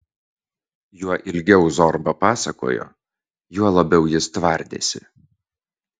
juo ilgiau zorba pasakojo juo labiau jis tvardėsi